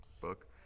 book